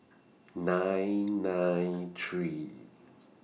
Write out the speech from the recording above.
nine nine three